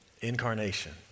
Incarnation